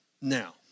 now